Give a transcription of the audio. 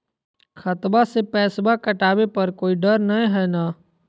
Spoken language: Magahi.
खतबा से पैसबा कटाबे पर कोइ डर नय हय ना?